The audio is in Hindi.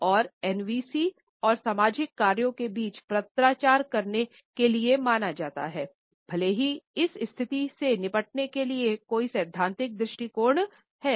और NVC और सामाजिक कार्यों के बीच पत्राचार करने के लिए माना जाता है भले ही इस स्थिति से निपटने के लिए कई सैद्धांतिक दृष्टिकोण हैं